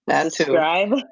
subscribe